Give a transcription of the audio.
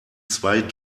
zwei